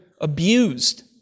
abused